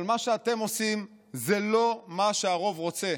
אבל מה שאתם עושים זה לא מה שהרוב רוצה.